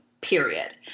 period